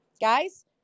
Guys